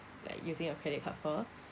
like using your credit card for